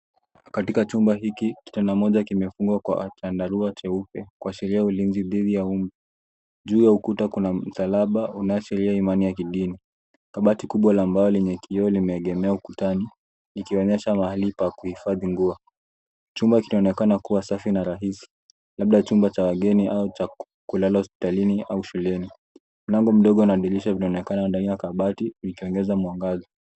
Katika chumba hiki, kitanda kimoja kimesimamishwa kwa chandarua cheupe kuashiria ulinzi dhidi ya mbu. Juu ya ukuta kuna msalaba unaashiria imani ya kidini. Kabati kubwa la mbao linaegemea ukutani likionyesha mahali pa kuhifadhi nguo. Chumba kinaonekana kuwa safi na rahisi; labda chumba cha wageni au cha kulala hospitalini au shuleni. Mlango mdogo na dirisha zinaonekana ndani ya kabati likiongeza mwangaza.